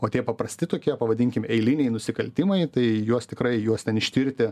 o tie paprasti tokie pavadinkim eiliniai nusikaltimai tai juos tikrai juos ten ištirti